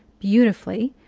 beautifully,